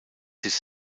sich